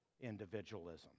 individualism